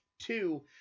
two